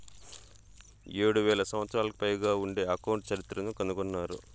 ఏడు వేల సంవత్సరాలకు పైగా ఉండే అకౌంట్ చరిత్రను కనుగొన్నారు